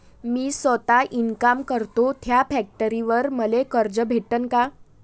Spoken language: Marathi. मी सौता इनकाम करतो थ्या फॅक्टरीवर मले कर्ज भेटन का?